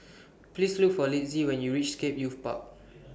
Please Look For Litzy when YOU REACH Scape Youth Park